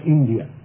India